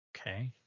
Okay